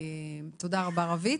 תודה רבה, רוית.